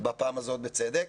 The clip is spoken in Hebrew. בפעם הזאת בצדק,